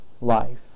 life